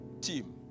team